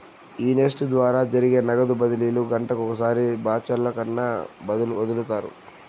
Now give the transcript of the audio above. ఈ నెఫ్ట్ ద్వారా జరిగే నగదు బదిలీలు గంటకొకసారి బాచల్లక్కన ఒదులుతారు